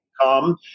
come